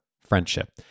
friendship